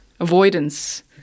avoidance